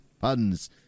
puns